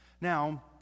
Now